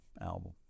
album